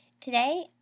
Today